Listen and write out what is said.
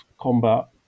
combat